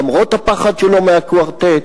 למרות הפחד שלו מהקוורטט,